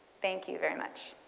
thank you very much.